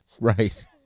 Right